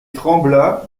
trembla